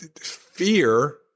fear